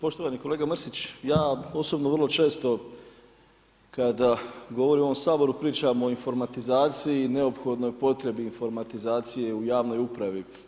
Poštovani kolega Mrsić, ja osobno vrlo često kada govorim u ovom Saboru pričam o informatizaciji, neophodno potrebi informatizacije u javnoj upravi.